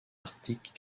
arctique